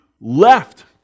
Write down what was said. left